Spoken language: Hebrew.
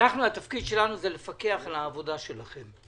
התפקיד שלנו הוא לפקח על העבודה שלכם,